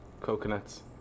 coconuts